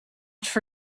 for